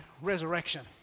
resurrection